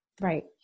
right